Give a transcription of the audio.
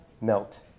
melt